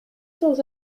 sans